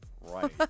Right